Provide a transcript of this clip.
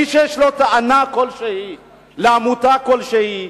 מי שיש לו טענה כלשהי לעמותה כלשהי,